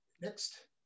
Next